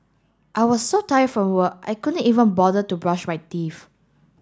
I was so tired from work I could not even bother to brush my teeth